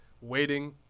waiting